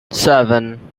seven